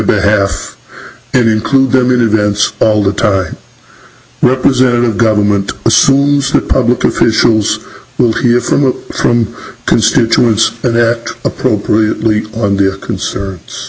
behalf and include them in advance all the time representative government assumes that public officials will hear from from constituents and that appropriately on their concerns